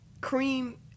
Cream